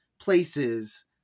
places